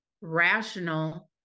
rational